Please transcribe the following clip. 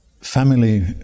Family